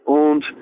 und